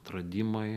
atradimai